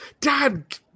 dad